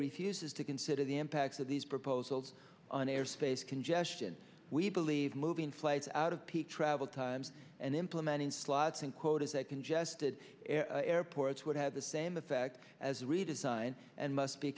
refuses to consider the impact of these proposals on air space congestion we believe moving flights out of peak travel times and implementing slots in code is that congested airports would have the same effect as a redesign and must be